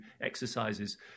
exercises